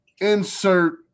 Insert